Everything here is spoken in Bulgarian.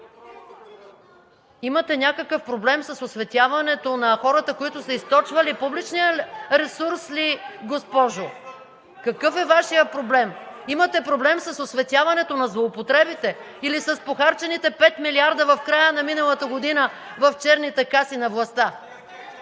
Имате някакъв проблем с осветяването на хората, които са източвали публичния ресурс, ли, госпожо? (Силен шум и реплики от ГЕРБ-СДС.) Какъв е Вашият проблем? Имате проблем с осветяването на злоупотребите или с похарчените пет милиарда в края на миналата година в черните каси на властта?